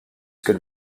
could